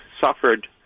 suffered